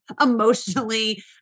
emotionally